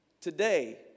today